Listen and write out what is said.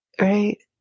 Right